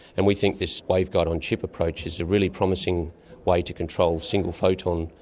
and we think this wave-guide on chip approach is a really promising way to control a single photon,